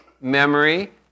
memory